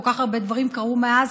כל כך הרבה דברים קרו מאז,